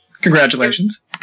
congratulations